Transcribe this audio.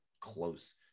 close